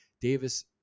Davis